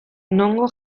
nongo